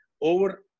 over